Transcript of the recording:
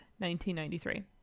1993